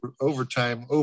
overtime